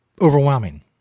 overwhelming